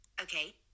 Okay